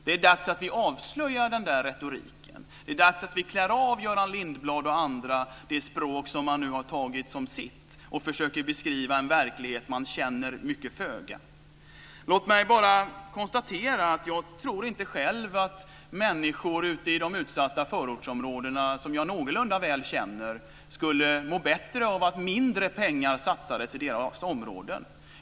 Det är dags att vi avslöjar den retoriken. Det är dags att vi klär av Göran Lindblad och andra det språk man nu har tagit som sitt för att försöka beskriva en verklighet man föga känner. Låt mig bara konstatera att jag inte tror att människor ute i de utsatta förortsområdena, som jag någorlunda väl känner, skulle må bättre av att mindre pengar satsades i deras områden.